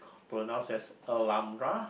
pronounced as